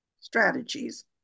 strategies